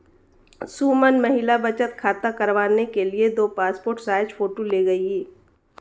सुमन महिला बचत खाता करवाने के लिए दो पासपोर्ट साइज फोटो ले गई